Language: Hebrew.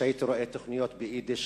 שהייתי רואה תוכניות ביידיש,